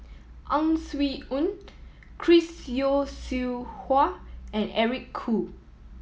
Ang Swee Aun Chris Yeo Siew Hua and Eric Khoo